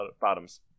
Bottoms